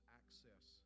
access